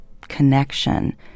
connection